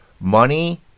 money